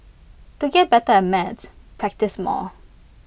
to get better at maths practise more